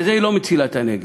בזה היא לא מצילה את הנגב.